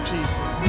Jesus